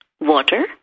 water